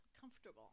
Comfortable